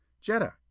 Jetta